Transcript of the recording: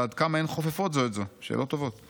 ועד כמה הן חופפות זו את זו?" שאלות טובות.